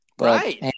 Right